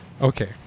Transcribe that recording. Okay